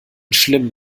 schlimmen